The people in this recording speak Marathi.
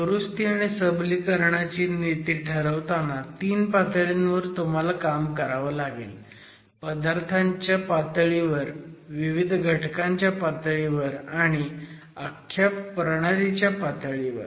दुरुस्ती आणि सबलीकरणाची नीती ठरवताना 3 पातळींवर तुम्हाला काम करावं लागेल पदार्थांच्या पातळीवर विविध घटकांच्या पातळीवर आणि आख्या प्रणालीच्या पातळीवर